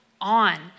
on